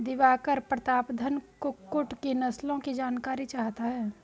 दिवाकर प्रतापधन कुक्कुट की नस्लों की जानकारी चाहता है